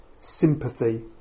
sympathy